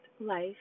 life